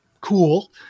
cool